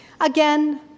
Again